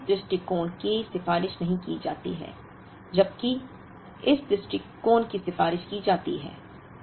इसलिए इस दृष्टिकोण की सिफारिश नहीं की जाती है जबकि इस दृष्टिकोण की सिफारिश की जाती है